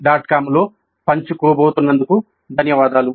com లో పంచుకున్నందుకు ధన్యవాదాలు